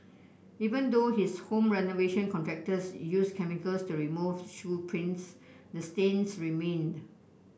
even though his home renovation contractors used chemicals to remove shoe prints the stains remained